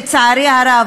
לצערי הרב,